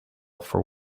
for